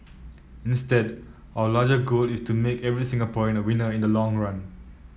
instead our larger goal is to make every Singaporean a winner in the long run